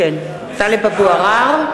(קוראת בשמות חברי הכנסת) טלב אבו עראר,